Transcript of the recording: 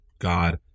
God